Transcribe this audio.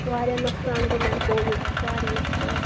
واریاہ نۄقصان گوٚو میم کوٚوِڈ سۭتۍ واریاہ نقصان